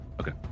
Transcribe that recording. Okay